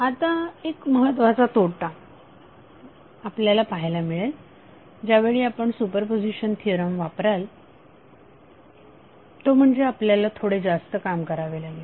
आता एक महत्त्वाचा तोटा आपल्याला पाहायला मिळेल ज्यावेळी आपण सुपरपोझिशन थिअरम वापराल तो म्हणजे आपल्याला थोडे जास्त काम करावे लागेल